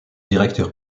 directeur